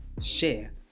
share